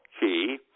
Key